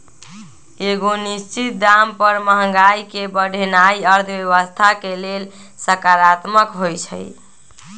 एगो निश्चित दाम पर महंगाई के बढ़ेनाइ अर्थव्यवस्था के लेल सकारात्मक होइ छइ